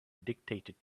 dictated